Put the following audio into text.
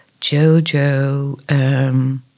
Jojo